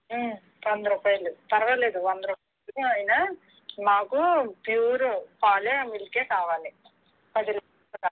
వంద రూపాయలు పరవాలేదు వంద రూపాయలు అయిన మాకు ప్యూర్ పాలు మిల్క్ కావాలి పది లీటర్లు కావాలి